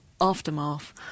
aftermath